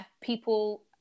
people